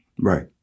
Right